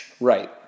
Right